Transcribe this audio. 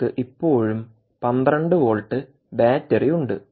നിങ്ങൾക്ക് ഇപ്പോഴും 12 volt battery ഉണ്ട്